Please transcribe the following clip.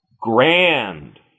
grand